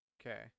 Okay